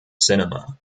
cinema